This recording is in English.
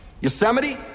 Yosemite